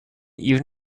even